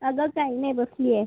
अगं काही नाही बसली आहे